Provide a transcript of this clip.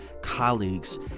colleagues